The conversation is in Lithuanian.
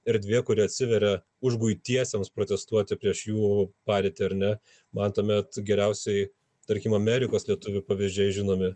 erdvė kuri atsiveria užguitiesiems protestuoti prieš jų padėtį ar ne matome geriausiai tarkim amerikos lietuvių pavyzdžiai žinomi